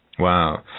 Wow